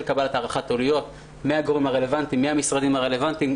של קבלת הערכת עלויות מהגורמים הרלוונטיים ומהמשרדים הרלוונטיים.